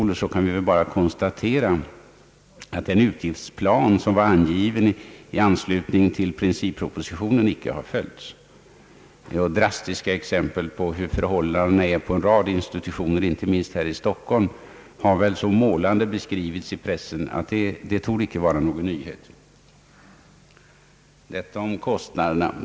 I fråga om dem kan vi väl bara konstatera att utgiftsplanen i anslutning till princippropositionen icke har följts. Drastiska exempel på förhållandena vid en rad institutioner, inte minst här i Stockholm, har beskrivits så målande i pressen att det icke torde vara någon nyhet. Detta om kostnaderna.